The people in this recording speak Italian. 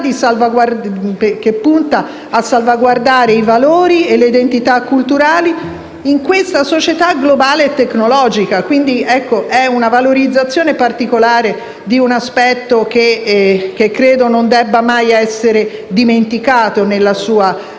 che punta a salvaguardare i valori e le identità culturali in questa società globale e tecnologica. Si tratta di una valorizzazione particolare di un aspetto che credo non debba mai essere dimenticato nella sua capacità